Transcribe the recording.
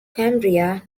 cambria